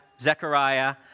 Zechariah